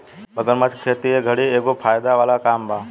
मगरमच्छ के खेती ए घड़ी के एगो फायदा वाला काम बा